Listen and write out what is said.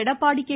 Edappadi K